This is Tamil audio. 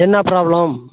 என்ன ப்ராப்ளம்